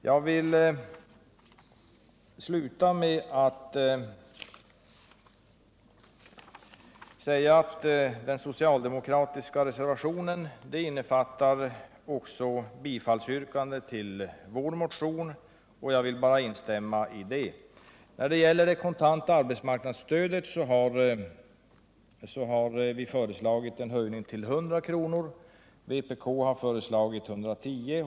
Jag vill avsluta mitt anförande med att säga att den socialdemokratiska reservationen också innefattar ett yrkande om bifall till vår motion. Jag instämmer i detta yrkande. När det gäller det kontanta arbetsmarknadsstödet har vi föreslagit en höjning till 100 kr. Vpk har föreslagit en höjning till 110 kr.